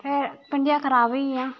फिर भिंडियां खराब होई गेइयां